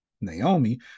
Naomi